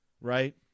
right